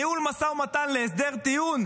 ניהול משא ומתן להסדר טיעון,